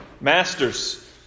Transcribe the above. Masters